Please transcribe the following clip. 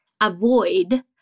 avoid